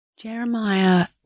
Jeremiah